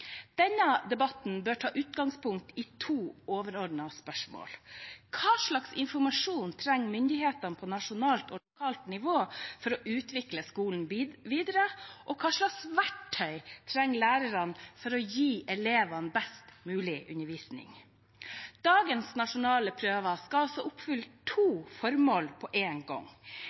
Denne debatten bør ta utgangspunkt i to overordnede spørsmål: Hva slags informasjon trenger myndighetene på nasjonalt og på lokalt nivå for å utvikle skolen videre? Og hva slags verktøy trenger lærere for å gi elevene best mulig undervisning? Dagens nasjonale prøver skal altså oppfylle to formål på en gang.